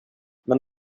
men